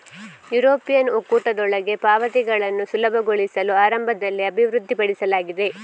European ಒಕ್ಕೂಟದೊಳಗೆ ಪಾವತಿಗಳನ್ನು ಸುಲಭಗೊಳಿಸಲು ಆರಂಭದಲ್ಲಿ ಅಭಿವೃದ್ಧಿಪಡಿಸಲಾಗಿದೆ